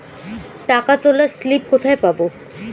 টাকা তোলার স্লিপ কোথায় পাব?